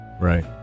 Right